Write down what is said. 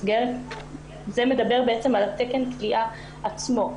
זה מדבר על תקן הכליאה עצמו.